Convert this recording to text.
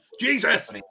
Jesus